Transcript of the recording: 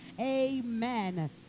Amen